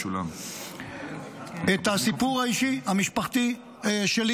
את הסיפור האישי המשפחתי שלי.